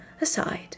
aside